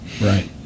Right